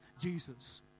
Jesus